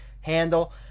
handle